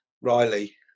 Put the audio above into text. riley